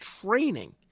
training